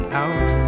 out